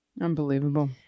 Unbelievable